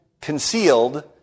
concealed